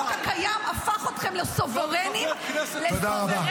החוק הקיים הפך אתכם לסוברנים -- תודה רבה.